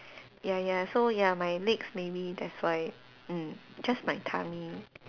ya ya so ya my legs maybe that's why mm just my tummy